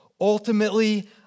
Ultimately